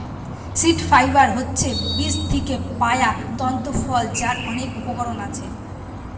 seed fibre হচ্ছে বীজ থিকে পায়া তন্তু ফল যার অনেক উপকরণ আছে